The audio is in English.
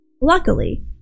Luckily